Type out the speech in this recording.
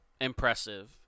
impressive